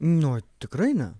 nu tikrai ne